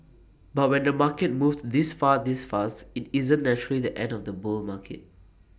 but when the market moves this far this fast IT isn't naturally the end of the bull market